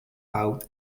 out